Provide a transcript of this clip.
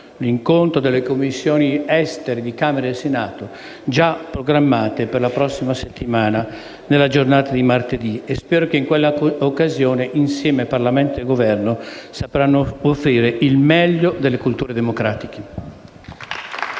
la seduta delle Commissioni esteri di Camera e Senato, già programmata per la prossima settimana nella giornata di martedì, e spero che in quella occasione Parlamento e Governo insieme sapranno offrire il meglio delle culture democratiche.